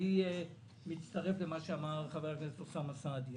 אני מצטרף למה שאמר חבר הכנסת אוסמה סעדי,